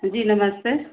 जी नमस्ते